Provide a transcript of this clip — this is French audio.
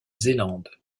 zélande